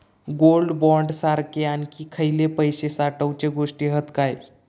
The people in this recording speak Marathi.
गोल्ड बॉण्ड सारखे आणखी खयले पैशे साठवूचे गोष्टी हत काय?